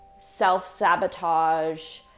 self-sabotage